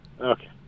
Okay